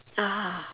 ah